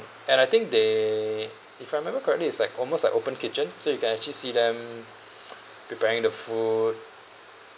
and I think they if I remember correctly is like almost like open kitchen so you can actually see them preparing the food